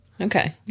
Okay